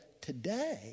today